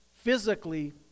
physically